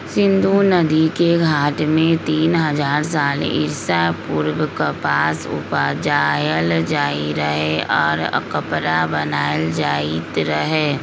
सिंधु नदिके घाट में तीन हजार साल ईसा पूर्व कपास उपजायल जाइत रहै आऽ कपरा बनाएल जाइत रहै